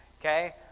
okay